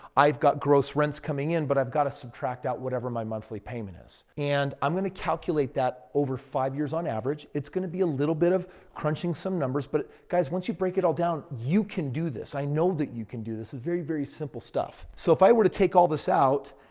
i've got gross rents coming in but i've got to subtract out whatever my monthly payment is. and i'm going to calculate that over five years on average. it's going to be a little bit of crunching some numbers. but guys, once you break it all down, you can do this. i know that you can do this. it's very, very, simple stuff. so, if i were to take all this out.